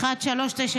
אושר.